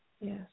Yes